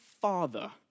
father